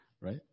Right